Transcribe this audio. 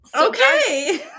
Okay